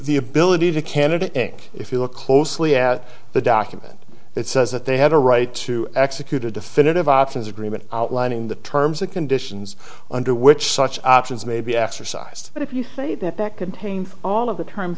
the ability to canada if you look closely at the document that says that they had a right to execute a definitive options agreement outlining the terms and conditions under which such actions may be exercised but if you say that that contains all of the terms